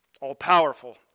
all-powerful